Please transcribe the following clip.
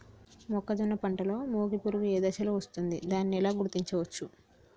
మొక్కజొన్న పంటలో మొగి పురుగు ఏ దశలో వస్తుంది? దానిని ఎలా గుర్తించవచ్చు?